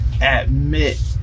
admit